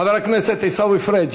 (מחיאות כפיים) חבר הכנסת עיסאווי פריג'